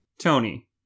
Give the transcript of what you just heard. Tony